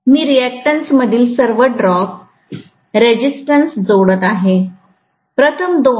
मी resistance मधील सर्व drop resistances जोडत आहे प्रथम दोन